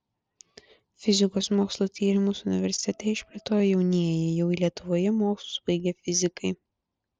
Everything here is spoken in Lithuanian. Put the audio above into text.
fizikos mokslo tyrimus universitete išplėtojo jaunieji jau lietuvoje mokslus baigę fizikai